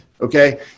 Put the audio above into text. okay